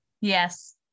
Yes